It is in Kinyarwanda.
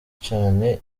cyane